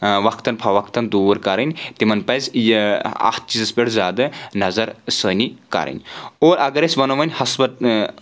وقتَن فہَ وقتَن دوٗر کرٕنۍ تِمَن پزِ اَتھ چیٖزس پؠٹھ زیادٕ نظر سٲنی کرٕنۍ اور اگر أسۍ ونو وۄنۍ ہسپت